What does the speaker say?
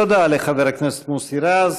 תודה לחבר הכנסת מוסי רז.